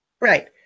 right